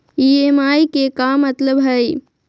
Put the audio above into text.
EMI के का मतलब हई?